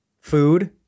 food